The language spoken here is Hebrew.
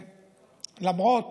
למרות